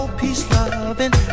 peace-loving